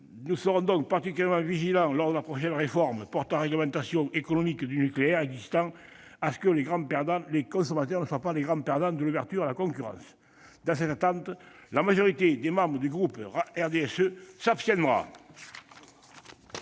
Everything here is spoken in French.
Nous serons donc particulièrement vigilants, lors de la prochaine réforme portant nouvelle régulation économique du nucléaire existant, à ce que les consommateurs ne soient pas les perdants de l'ouverture à la concurrence. Dans cette attente, la majorité des membres du groupe du RDSE s'abstiendra